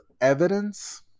Evidence